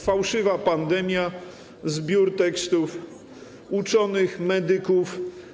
Fałszywa pandemia” to zbiór tekstów uczonych, medyków.